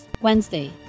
Wednesday